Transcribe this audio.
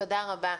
תודה רבה.